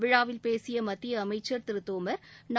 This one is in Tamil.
விழாவில் பேசிய மத்திய அமைச்சள் திரு தோமா்